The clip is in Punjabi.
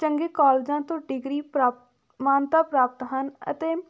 ਚੰਗੇ ਕੋਲਜਾਂ ਤੋਂ ਡਿਗਰੀ ਪ੍ਰਾਪ ਮਾਨਤਾ ਪ੍ਰਾਪਤ ਹਨ ਅਤੇ